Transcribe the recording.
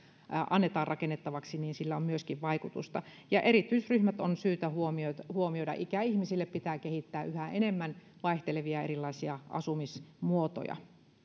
annetaan rakennettavaksi on myöskin vaikutusta ja erityisryhmät on syytä huomioida huomioida ikäihmisille pitää kehittää yhä enemmän vaihtelevia erilaisia asumismuotoja